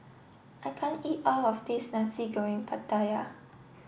I can't eat all of this Nasi Goreng Pattaya